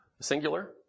singular